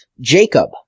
Jacob